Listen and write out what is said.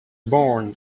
born